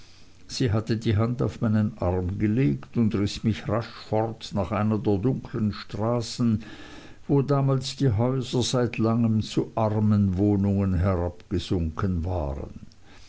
sie hatte die hand auf meinen arm gelegt und riß mich rasch fort nach einer der dunkeln straßen wo damals die häuser seit langem zu armenwohnungen herabgesunken waren